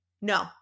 no